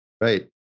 Right